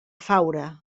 faura